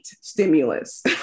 stimulus